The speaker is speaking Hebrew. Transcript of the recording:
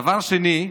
דבר שני,